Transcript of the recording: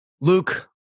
luke